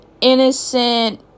innocent